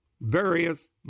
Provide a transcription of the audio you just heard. various